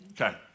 Okay